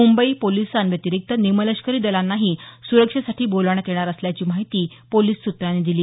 मुंबई पोलिसांव्यतिरिक्त निमलष्करी दलांनाही सुरक्षेसाठी बोलावण्यात येणार असल्याची माहिती पोलीस सूत्रांनी दिली